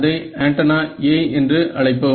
அதை antenna A என்று அழைப்போம்